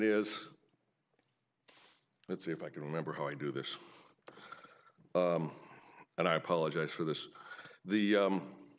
is let's see if i can remember how i do this and i apologize for this the